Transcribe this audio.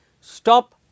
stop